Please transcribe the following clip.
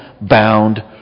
bound